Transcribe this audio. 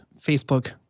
Facebook